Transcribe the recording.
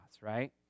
right